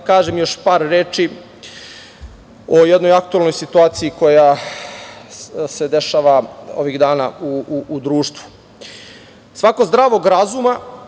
da kažem još par reči o jednoj aktuelnoj situaciji koja se dešava ovih dana u društvu. Svako zdravog razume